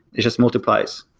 it just multiplies.